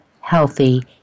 healthy